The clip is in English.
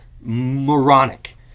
moronic